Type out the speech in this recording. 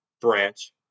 branch